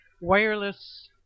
wireless